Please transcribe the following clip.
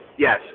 Yes